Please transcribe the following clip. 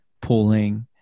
pulling